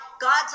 god's